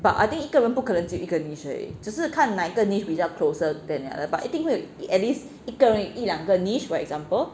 but I think 一个人不可能只有一个 niche 而已只是看哪一个 niche 比较 closer than others but 一定会 at least 一个人有一两个 niche for example